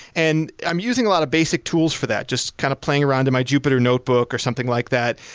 and i'm using a lot of basic tools for that. just kind of playing around in my jupiter notebook or something like that.